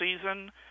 season